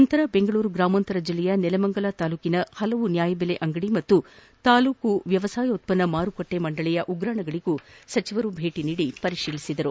ನಂತರ ಬೆಂಗಳೂರು ಗ್ರಾಮಾಂತರ ಜಿಲ್ಲೆಯ ನೆಲಮಂಗಲ ತಾಲೂಕಿನ ವಿವಿಧ ನ್ಯಾಯಬೆಲೆ ಅಂಗಡಿ ಪಾಗೂ ತಾಲೂಕು ವ್ಯವಸಾಯೋತ್ಪನ್ನ ಮಾರಾಟ ಮಂಡಳಿಯ ಉಗ್ರಾಣಗಳಿಗೆ ಭೇಟಿ ನೀಡಿ ಪರಿಶೀಲಿಸಿದರು